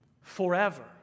forever